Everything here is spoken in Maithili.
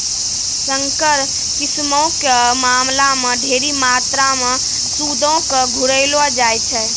संकर किस्मो के मामला मे ढेरी मात्रामे सूदो के घुरैलो जाय छै